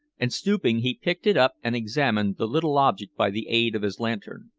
and stooping he picked it up and examined the little object by the aid of his lantern.